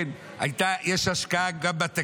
כן, יש גם הרבה יותר השקעה בתקציב.